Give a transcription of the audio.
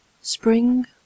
Spring